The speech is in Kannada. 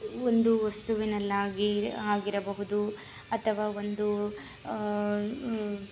ಒಂದು ವಸ್ತುವಿನಲ್ಲಾಗಿ ಆಗಿರಬಹುದು ಅಥವಾ ಒಂದು